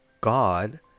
God